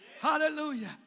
Hallelujah